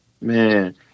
man